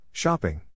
Shopping